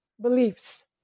beliefs